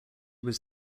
was